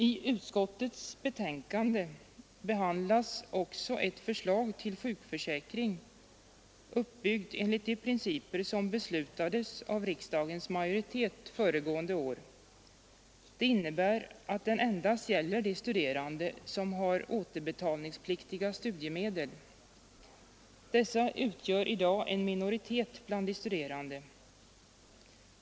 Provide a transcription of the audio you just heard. I utskottets betänkande behandlas även ett förslag till sjukförsäkring, uppbyggd enligt de principer som beslutades av riksdagens majoritet föregående år. Det innebär att försäkringen endast gäller de studerande som har återbetalningspliktiga studiemedel. Dessa utgör i dag en minoritet bland de studerande.